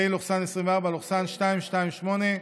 פ/228/24,